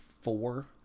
four